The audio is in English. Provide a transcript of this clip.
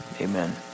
Amen